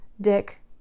Dick